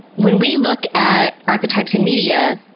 when we look at archetypes in media,